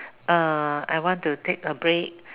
uh I want to take a break